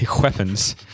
Weapons